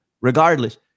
Regardless